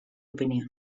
opinión